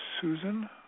Susan